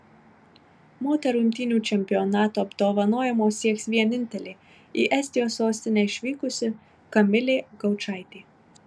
moterų imtynių čempionato apdovanojimo sieks vienintelė į estijos sostinę išvykusi kamilė gaučaitė